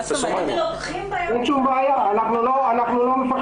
לצערי, לא כל